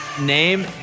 Name